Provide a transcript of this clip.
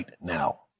now